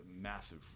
massive